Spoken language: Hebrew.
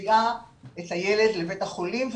שמביאה את הילד לבית החולים,